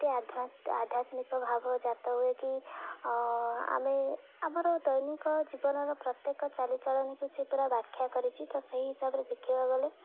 ଏତେ ଆଧ୍ୟାତ୍ମିକ ଭାବ ଜାତ ହୁଏ କି ଆମେ ଆମର ଦୈନିକ ଜୀବନର ପ୍ରତ୍ୟେକ ଚାଲିଚଳନିକୁ ସେ ପୁରା ବାଖ୍ୟା କରିଛି ତ ସେହି ହିସାବରେ ଦେଖିବାକୁ ଗଲେ